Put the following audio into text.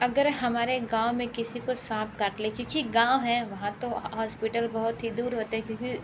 अगर हमारे गाँव में किसी को साँप काट ले क्योंकि गाँव है वहाँ तो हॉस्पिटल बहुत ही दूर होते हैं क्योंकि